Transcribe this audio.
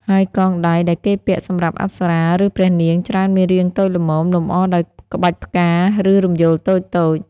ហើយកងដៃដែលគេពាក់សម្រាប់អប្សរា ឬព្រះនាង ច្រើនមានរាងតូចល្មម លម្អដោយក្បាច់ផ្កា ឬរំយោលតូចៗ។